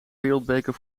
wereldbeker